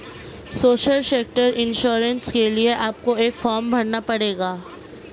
social sector insurance के लिए आपको एक फॉर्म भरना पड़ेगा